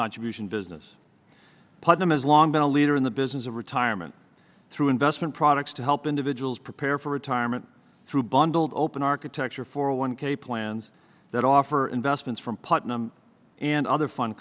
contribution business putnam has long been a leader in the business of retirement through investment products to help individuals prepare for retirement through bundled open architecture for one k plans that offer investments from putnam and other fun